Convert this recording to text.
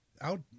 Out